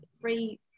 three